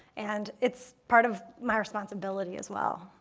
and it's part of my responsibility, as well,